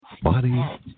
Body